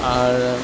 আর